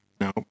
No